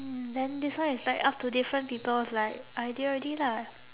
mm then this one is like up to different people's like idea already lah